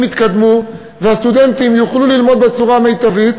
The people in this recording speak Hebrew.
יתקדמו והסטודנטים יוכלו ללמוד בצורה המיטבית,